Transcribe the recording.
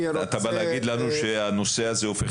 אתה בא להגיד לנו שהנושא הזה הופך